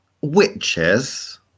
witches